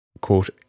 quote